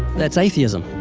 that's atheism.